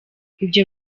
ibyo